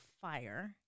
fire